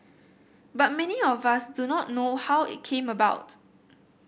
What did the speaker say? but many of us do not know how it came about